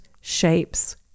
shapes